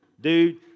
Dude